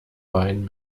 wein